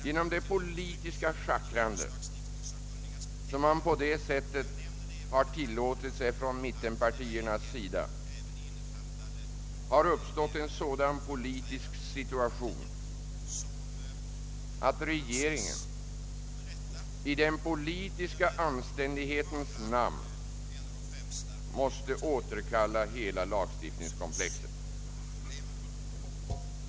Genom det politiska scehackrande, som mittenpartierna har tillåtit sig, har det uppstått en sådan situation, att regeringen i den politiska anständighetens namn måste återkalla hela lagstiftningskomplexet.